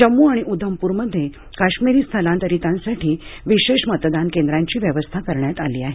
जम्मू आणि उधमपूरमध्ये काश्मीरी स्थलांतरितांसाठी विशेष मतदान केंद्रांची व्यवस्था करण्यात आली आहे